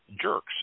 jerks